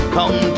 Come